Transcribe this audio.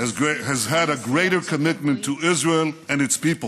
has had a greater commitment to Israel and its people.